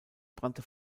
brannte